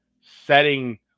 setting